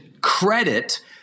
credit